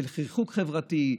של ריחוק חברתי,